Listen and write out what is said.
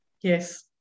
Yes